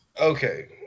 Okay